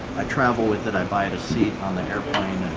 i travel with did i bite a seat on the airplane